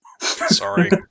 sorry